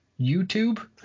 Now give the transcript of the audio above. YouTube